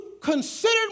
considered